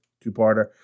two-parter